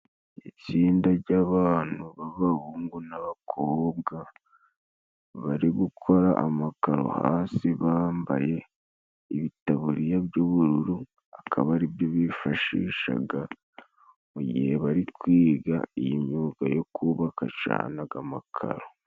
Itsinda ry'abantu b'abahungu n'abakobwa bari gukora amakaro, hasi bambaye ibitaburiya by'ubururu, akaba aribyo bifashishaga mu gihe bari kwiga iyi myuga yo kubaka cane aga makaro.